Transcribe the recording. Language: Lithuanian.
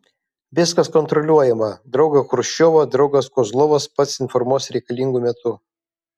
viskas kontroliuojama draugą chruščiovą draugas kozlovas pats informuos reikalingu metu